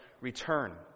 return